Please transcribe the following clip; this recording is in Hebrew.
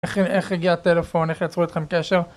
איך הגיע הטלפון? איך יצרו אתכם קשר?